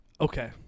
Okay